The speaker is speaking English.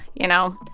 you know,